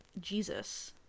Jesus